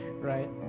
right